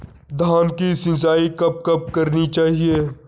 धान की सिंचाईं कब कब करनी चाहिये?